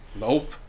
Nope